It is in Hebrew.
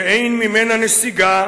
שאין ממנה נסיגה,